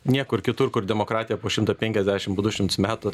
niekur kitur kur demokratija po šimtą penkiasdešim po du šimtus metų